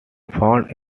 found